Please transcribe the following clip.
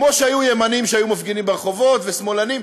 כמו שהיו ימנים שהיו מפגינים ברחובות, ושמאלנים.